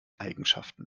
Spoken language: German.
eigenschaften